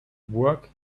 work